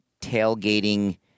tailgating